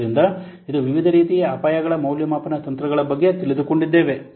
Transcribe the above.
ಆದ್ದರಿಂದ ಇದು ವಿವಿಧ ರೀತಿಯ ಅಪಾಯಗಳ ಮೌಲ್ಯಮಾಪನ ತಂತ್ರಗಳ ಬಗ್ಗೆ ತಿಳಿದುಕೊಂಡಿದ್ದೇವೆ